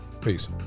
Peace